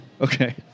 Okay